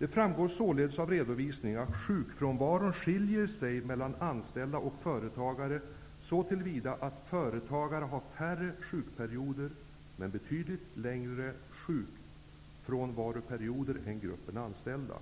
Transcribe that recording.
Det framgår således av redovisningen att sjukfrånvaron skiljer sig mellan anställda och företagare så till vida att företagare har färre sjukperioder men betydligt längre sjukfrånvaroperioder än gruppen anställda.